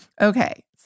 Okay